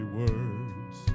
words